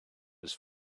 his